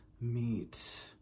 meet